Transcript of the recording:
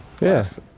yes